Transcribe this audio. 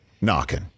knocking